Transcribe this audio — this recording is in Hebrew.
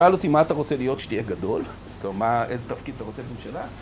שאל אותי מה אתה רוצה להיות כשתהיה גדול? מה, איזה תפקיד אתה רוצה לממשלה?